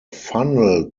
funnel